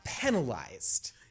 penalized